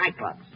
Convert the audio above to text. nightclubs